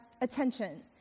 attention—